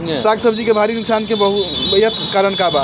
साग सब्जी के भारी नुकसान के बहुतायत कारण का बा?